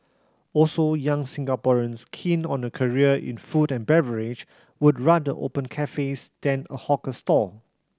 also young Singaporeans keen on a career in food and beverage would rather open cafes than a hawker stall